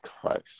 Christ